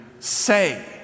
say